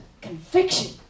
conviction